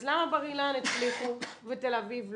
אז למה בר אילן הצליחו ותל אביב לא?